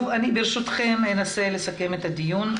ברשותכם, אני אנסה לסכם את הדיון.